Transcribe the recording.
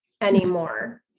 anymore